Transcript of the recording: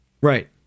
right